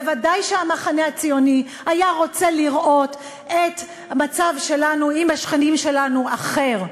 ודאי שהמחנה הציוני היה רוצה לראות שהמצב שלנו עם השכנים שלנו אחר,